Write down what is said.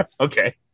Okay